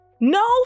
no